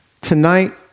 tonight